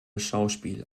schauspiel